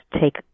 take